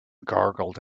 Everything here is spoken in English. gurgled